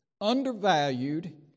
undervalued